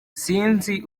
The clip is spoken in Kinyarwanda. nsinzi